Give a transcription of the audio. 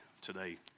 today